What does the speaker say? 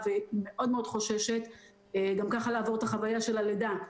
גם הם יצאו לחל"ת.